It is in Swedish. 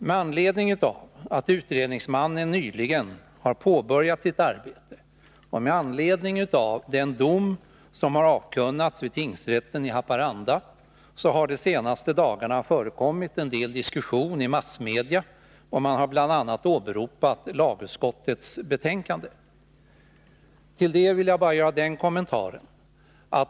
Med anledning av att utredningsmannen nyligen har påbörjat sitt arbete och den dom som har avkunnats vid tingsrätten i Haparanda har det de senaste dagarna förekommit en del diskussion i massmedia. Man har då bl.a. åberopat lagutskottets betänkande. Till detta vill jag bara göra följande kommentar.